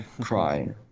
crying